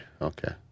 Okay